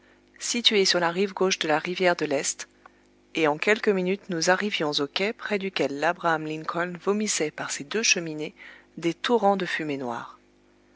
york située sur la rive gauche de la rivière de l'est et en quelques minutes nous arrivions au quai près duquel labraham lincoln vomissait par ses deux cheminées des torrents de fumée noire